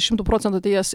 šimtu procentų tai jas